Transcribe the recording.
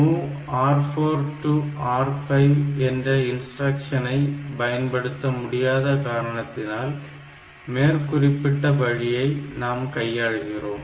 MOV R4 to R5 என்ற இன்ஸ்டிரக்ஷனை பயன்படுத்த முடியாத காரணத்தினால் மேற்குறிப்பிட்ட வழியை நாம் கையாள்கிறோம்